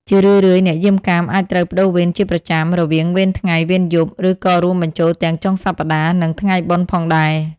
ជារឿយៗ អ្នកយាមកាមអាចត្រូវប្ដូរវេនជាប្រចាំ រវាងវេនថ្ងៃ វេនយប់ ឬក៏រួមបញ្ចូលទាំងចុងសប្តាហ៍ និងថ្ងៃបុណ្យផងដែរ។